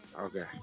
Okay